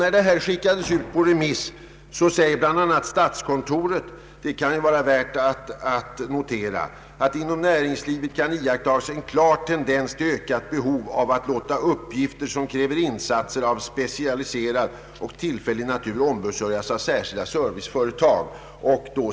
När betänkandet skickades ut på remiss anförde bl.a. statskontoret, vilket kan vara värt att notera, att inom näringslivet kunde iakttagas en klar tendens till ett ökat behov av att låta uppgifter som kräver insatser av specialiserad och tillfällig natur ombesörjas av särskilda serviceföretag.